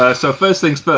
ah so first things first.